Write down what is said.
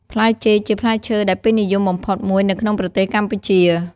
ផ្លែចេក ជាផ្លែឈើដែលពេញនិយមបំផុតមួយនៅក្នុងប្រទេសកម្ពុជា។